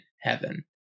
heaven